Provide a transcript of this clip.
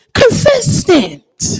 consistent